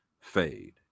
fade